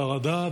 חרדה,